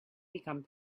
become